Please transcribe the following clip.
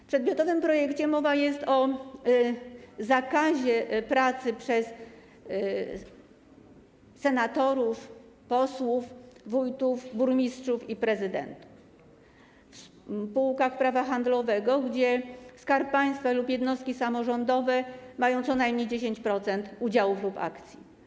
W przedmiotowym projekcie mowa jest o zakazie pracy senatorów, posłów, wójtów, burmistrzów i prezydentów w spółkach prawa handlowego, gdzie Skarb Państwa lub jednostki samorządowe mają co najmniej 10% udziałów lub akcji.